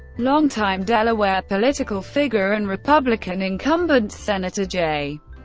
longtime delaware political figure and republican incumbent senator j.